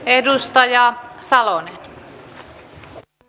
edustaja salonen